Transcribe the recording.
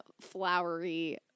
flowery